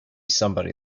somebody